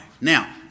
Now